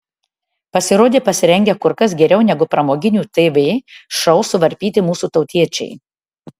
pasirodė pasirengę kur kas geriau negu pramoginių tv šou suvarpyti mūsų tautiečiai